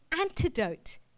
antidote